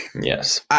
Yes